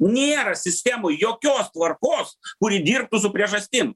nėra sistemoj jokios tvarkos kuri dirbtų su priežastim